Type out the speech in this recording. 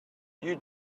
you